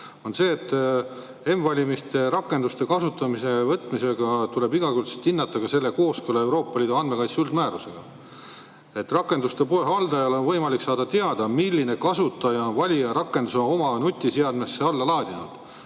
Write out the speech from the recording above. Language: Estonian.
kohta, et m‑valimiste rakenduse kasutusele võtmisel tuleb igakülgselt hinnata selle kooskõla Euroopa Liidu andmekaitse üldmäärusega. Rakenduste poe haldajal on võimalik saada teada, milline kasutaja on valijarakenduse oma nutiseadmesse alla laadinud,